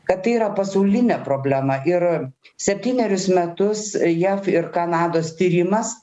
kad tai yra pasaulinė problema ir septynerius metus jav ir kanados tyrimas